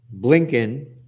Blinken